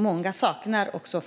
Många saknar också